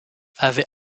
avait